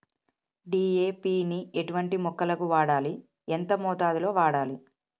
DAP ని ఎటువంటి మొక్కలకు వాడాలి? ఎంత మోతాదులో వాడాలి?